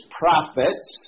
prophets